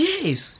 Yes